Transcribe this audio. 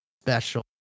special